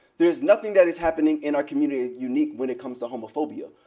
there is nothing that is happening in our community unique when it comes to homophobia.